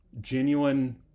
genuine